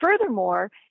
Furthermore